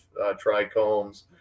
trichomes